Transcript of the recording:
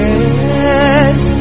Yes